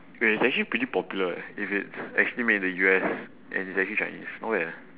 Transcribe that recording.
wait it's actually pretty popular eh if it's actually made in the U_S and it's actually chinese not bad eh